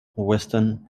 western